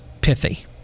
pithy